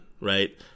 right